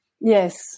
Yes